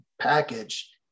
package